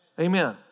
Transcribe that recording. Amen